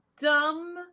dumb